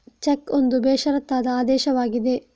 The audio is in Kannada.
ಚೆಕ್ ಒಂದು ಬೇಷರತ್ತಾದ ಆದೇಶವಾಗಿದೆ